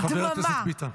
חבר הכנסת ביטן.